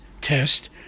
test